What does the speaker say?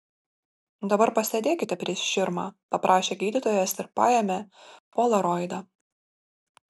dabar pasėdėkite prieš širmą paprašė gydytojas ir paėmė polaroidą